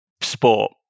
sport